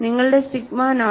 നിങ്ങളുടെ sigma naught x 2